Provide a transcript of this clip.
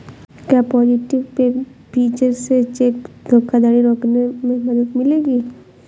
क्या positive pay feature से cheque धोखाधड़ी रोकने में मदद मिलेगी?